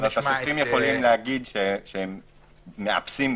השופטים יכולים להגיד שהם מאפסים,